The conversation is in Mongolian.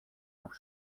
авах